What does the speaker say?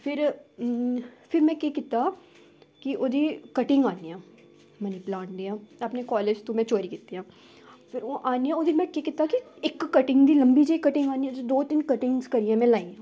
ते फिर फिर में केह् कीता कि ओह्दी कटिंग आह्नियां मनी प्लांट दियां अपने कालेज तू में चोरी कीतियां फिर ओह् आह्नियां ओह्दे में केह् कीता कि इक कटिंग दी लम्बी जेही कटिंग आह्नियै दो तिन्न कटिंग करियै में लाइयां